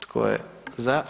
Tko je za?